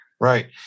right